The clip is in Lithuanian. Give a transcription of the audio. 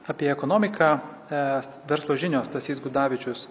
apie ekonomiką verslo žinios stasys gudavičius